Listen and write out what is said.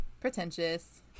pretentious